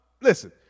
Listen